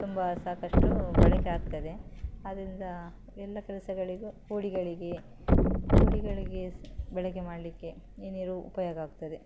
ತುಂಬ ಸಾಕಷ್ಟು ಬಳಕೆ ಆಗ್ತಾಯಿದೆ ಆದ್ದರಿಂದ ಎಲ್ಲ ಕೆಲಸಗಳಿಗೂ ಹೂಡಿಗಳಿಗೆ ಹೂಡಿಗಳಿಗೆ ಬಳಕೆ ಮಾಡಲಿಕ್ಕೆ ಈ ನೀರು ಉಪಯೋಗವಾಗ್ತದೆ